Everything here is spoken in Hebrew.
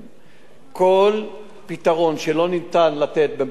כל פתרון שאין אפשרות לתת בתוך המרכז,